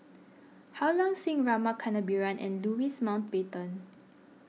Ha Long Sing Rama Kannabiran and Louis Mountbatten